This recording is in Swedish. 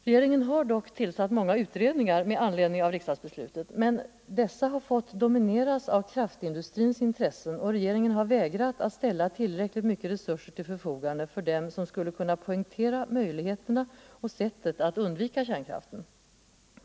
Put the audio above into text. Regeringen har dock tillsatt många utredningar med anledning av riksdagsbeslutet, men dessa har fått domineras av kraftindustrins intressen och regeringen har vägrat att ställa tillräckligt mycket resurser till förfogande för dem som skulle kunna poängtera möjligheterna och sättet att undvika kärnkraften.